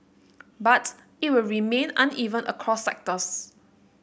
but it will remain uneven across sectors